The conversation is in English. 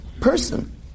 person